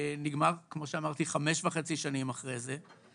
נגמר, כמו שאמרתי, 5.5 שנים אחרי זה.